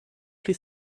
she